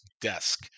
desk